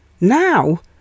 Now